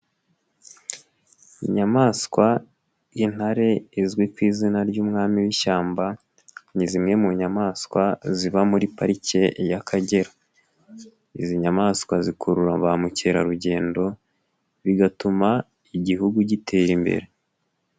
Inyamaswa intare izwi ku izina ry'umwami w'ishyamba ni zimwe mu nyamaswa ziba muri parike y'Akagera, izi nyamaswa zikurura ba mukerarugendo bigatuma Igihugu gitera imbere.